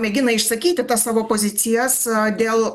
mėgina išsakyti savo pozicijas dėl